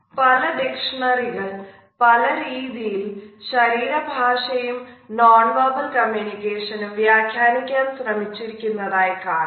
പല ഡിക്ഷ്ണറികൾ പല രീതിയിൽ ശരീര ഭാഷയും നോൺ വെർബൽ കമ്മ്യൂണിക്കേഷനും വ്യാഖ്യാനിക്കാൻ ശ്രമിച്ചിരുന്നതായി കാണാം